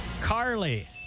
Carly